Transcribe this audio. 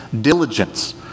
diligence